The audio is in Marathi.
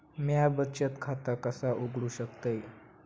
म्या बचत खाता कसा उघडू शकतय?